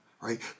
right